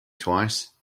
twice